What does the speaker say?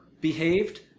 behaved